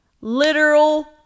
Literal